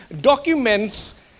documents